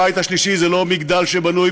הבית השלישי זה לא מגדל שבנוי